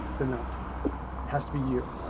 they're not has to be you.